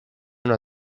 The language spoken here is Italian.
una